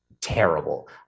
terrible